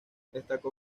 destacó